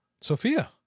Sophia